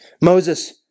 Moses